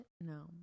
No